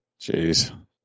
Jeez